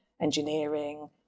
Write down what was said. engineering